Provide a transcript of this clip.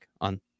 on